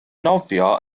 nofio